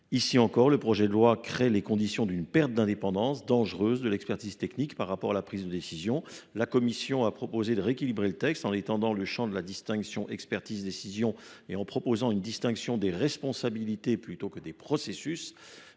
Ici encore, le projet de loi crée les conditions d’une perte d’indépendance dangereuse de l’expertise technique par rapport à la prise de décision. La commission a proposé de rééquilibrer le texte en étendant le champ de la séparation entre expertise et décision, et en prévoyant une distinction des « responsabilités » plutôt que des « processus